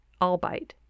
albite